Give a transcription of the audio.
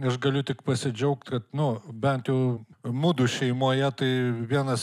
aš galiu tik pasidžiaugt kad nu bent jau mudu šeimoje tai vienas